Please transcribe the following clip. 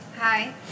Hi